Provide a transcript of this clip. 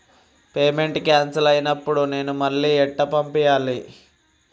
Payment cancel అయినపుడు నేను మళ్ళా ఎట్ల పంపాలే?